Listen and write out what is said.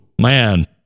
man